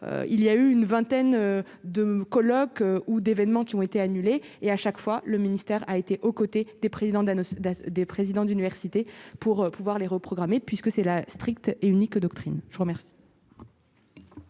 il y a eu une vingtaine de colloques ou d'événements qui ont été annulés et à chaque fois, le ministère a été aux côtés des présidents d'des présidents d'université pour pouvoir les reprogrammer puisque c'est la stricte et unique doctrine je vous remercie.